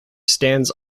stands